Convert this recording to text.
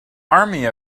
army